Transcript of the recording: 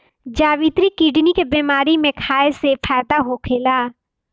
जावित्री किडनी के बेमारी में खाए से फायदा होखेला